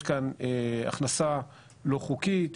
יש כאן הכנסה לא חוקית,